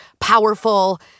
powerful